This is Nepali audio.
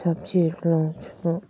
सब्जीहरू लाउँछु